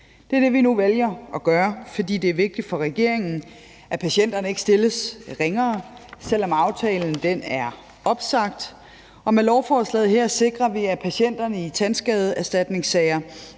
Det er det, vi nu vælger at gøre, fordi det er vigtigt for regeringen, at patienterne ikke stilles ringere, selv om aftalen er opsagt, og med lovforslaget her sikrer vi, at patienterne i tandskadeerstatningssager